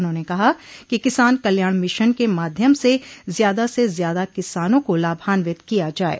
उन्होंने कहा कि किसान कल्याण मिशन के माध्यम से ज्यादा से ज्यादा किसानों को लाभान्वित किया जाये